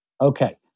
Okay